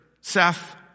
Seth